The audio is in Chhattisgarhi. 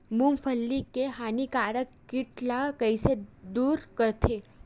मूंगफली के हानिकारक कीट ला कइसे दूर करथे?